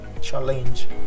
challenge